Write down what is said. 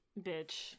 Bitch